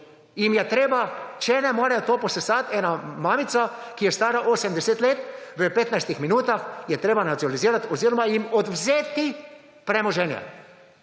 če ne morejo to posesati, ena mamica, ki je stara 80 let v petnajstih minutah, je treba nacionalizirati oziroma jih odvzeti premoženje.